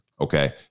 okay